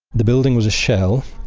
the building was a shell.